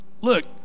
Look